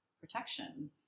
protection